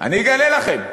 אני אגלה לכם,